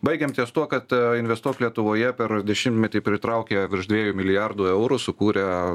baigėm ties tuo kad investuok lietuvoje per dešimtmetį pritraukė virš dviejų milijardų eurų sukūrė